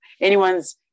anyone's